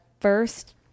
first